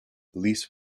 police